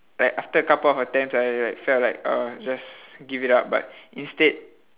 like after a couple of attempts I I like felt like uh just give it up but instead